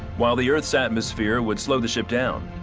while the earth's atmosphere would slow the ship down,